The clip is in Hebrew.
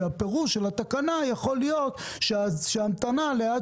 כי הפירוש של התקנה יכול להיות שההמתנה עד